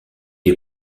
est